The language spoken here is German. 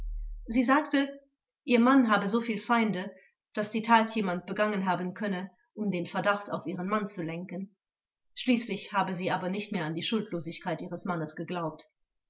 sie sagte ihr mann habe so viel feinde daß die tat jemand begangen haben könne um den verdacht auf ihren mann zu lenken schließlich habe sie aber nicht mehr an die schuldlosigkeit ihres mannes geglaubt